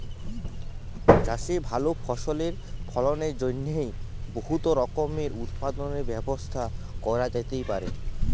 চাষে ভাল ফসলের ফলনের জ্যনহে বহুত রকমের উৎপাদলের ব্যবস্থা ক্যরা যাতে পারে